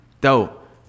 dope